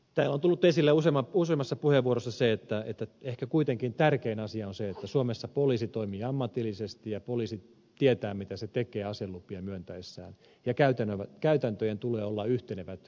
täällä on tullut esille useammassa puheenvuorossa se että ehkä kuitenkin tärkein asia on se että suomessa poliisi toimii ammatillisesti ja poliisi tietää mitä se tekee aselupia myöntäessään ja käytäntöjen tulee olla yhtenevät kautta suomen